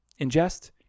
ingest